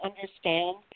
understand